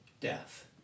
death